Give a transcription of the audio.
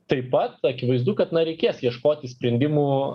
taip pat akivaizdu kad na reikės ieškoti sprendimų